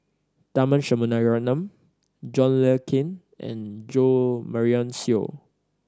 Tharman Shanmugaratnam John Le Cain and Jo Marion Seow